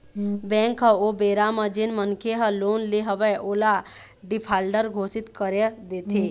bank ह ओ बेरा म जेन मनखे ह लोन ले हवय ओला डिफाल्टर घोसित कर देथे